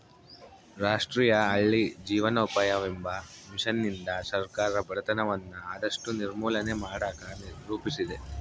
ರಾಷ್ಟ್ರೀಯ ಹಳ್ಳಿ ಜೀವನೋಪಾಯವೆಂಬ ಮಿಷನ್ನಿಂದ ಸರ್ಕಾರ ಬಡತನವನ್ನ ಆದಷ್ಟು ನಿರ್ಮೂಲನೆ ಮಾಡಕ ರೂಪಿಸಿದೆ